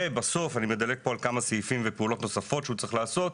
בסוף אני מדלג על כמה סעיפים ופעולות נוספות שהוא צריך לעשות: